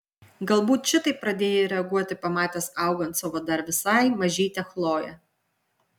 galbūt šitaip pradėjai reaguoti pamatęs augant savo dar visai mažytę chloję